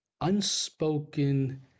unspoken